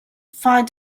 find